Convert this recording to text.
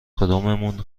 کدوممون